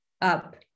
up